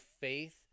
faith